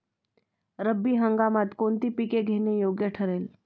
रब्बी हंगामात कोणती पिके घेणे योग्य ठरेल?